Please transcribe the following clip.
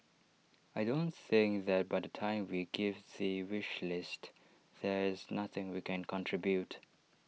I don't think that by the time we give the wish list there is nothing we can contribute